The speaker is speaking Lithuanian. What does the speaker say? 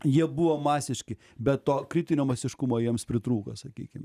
jie buvo masiški bet to kritinio masiškumo jiems pritrūko sakykime